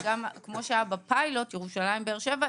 כמו שהיה בפיילוט עם ירושלים-באר שבע,